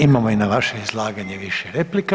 Imamo i na vaše izlaganje više replika.